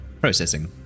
Processing